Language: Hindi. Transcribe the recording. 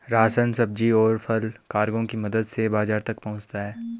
राशन, सब्जी, और फल कार्गो की मदद से बाजार तक पहुंचता है